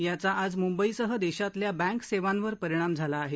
याचा आज मुंबईसह देशातल्या बँक सेवांवर परिणाम झाला आहे